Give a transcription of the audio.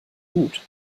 gut